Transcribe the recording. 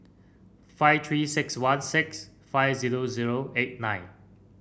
five Three six one six five zero zero eight nine